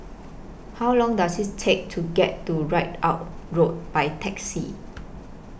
How Long Does IT Take to get to Ridout Road By Taxi